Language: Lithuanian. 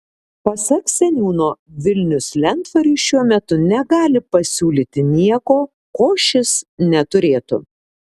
pasak seniūno vilnius lentvariui šiuo metu negali pasiūlyti nieko ko šis neturėtų